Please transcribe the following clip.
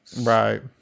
Right